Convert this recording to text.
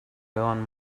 own